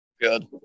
Good